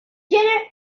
genre